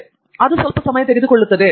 ಆದ್ದರಿಂದ ಅದು ಸ್ವಲ್ಪ ಸಮಯ ತೆಗೆದುಕೊಳ್ಳುತ್ತದೆ